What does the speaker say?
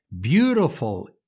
beautiful